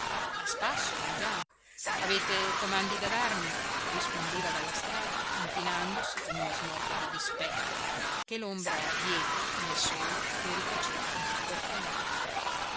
a spasso già avete comandi da darmi rispondeva dalla strada inchinandosi con una smorfia di dispetto che l'ombra dietro nel sole le rifaceva goffamente